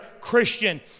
Christian